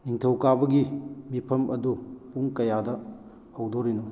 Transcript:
ꯅꯤꯡꯊꯧꯀꯥꯕꯒꯤ ꯃꯤꯐꯝ ꯑꯗꯨ ꯄꯨꯡ ꯀꯌꯥꯗ ꯍꯧꯗꯣꯔꯤꯅꯣ